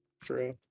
True